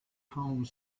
home